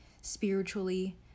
spiritually